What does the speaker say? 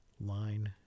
line